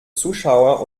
zuschauer